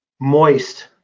Moist